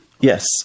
Yes